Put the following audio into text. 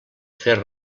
fer